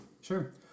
Sure